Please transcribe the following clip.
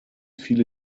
viele